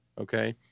Okay